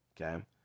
okay